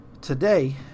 Today